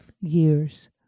years